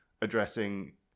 addressing